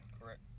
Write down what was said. Correct